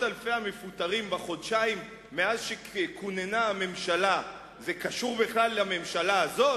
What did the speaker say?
אלפי המפוטרים בחודשיים מאז כוננה הממשלה קשורים בכלל לממשלה הזאת?